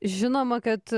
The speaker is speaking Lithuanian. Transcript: žinoma kad